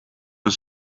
een